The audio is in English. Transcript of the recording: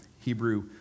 Hebrew